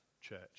church